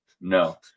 No